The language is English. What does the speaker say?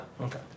okay